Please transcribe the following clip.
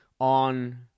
on